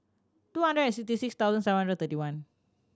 two hundred and sixty six thousand seven hundred thirty one